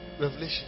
revelation